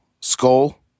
Skull